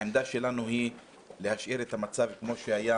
העמדה שלנו היא להשאיר את המצב כמו שהיה